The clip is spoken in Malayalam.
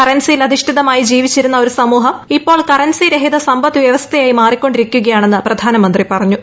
കറൻസിയിൽ അധിഷ്ഠിതമായി ജീവിച്ചിരുന്ന ഒരു സമൂഹം ഇപ്പോൾ കറൻസി രഹിത സമ്പദ്വ്യവസ്ഥയായി മാറിക്കൊണ്ടിരിക്കുകയാണെന്ന് പ്രധാനമന്ത്രി പറഞ്ഞു